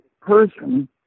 person